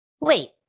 Wait